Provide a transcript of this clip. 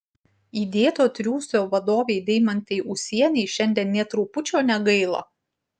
įdėto triūso vadovei deimantei ūsienei šiandien nė trupučio negaila